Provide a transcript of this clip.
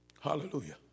Hallelujah